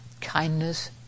kindness